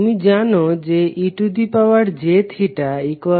তুমি জানো যে ej∅cos∅jsin∅